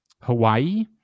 Hawaii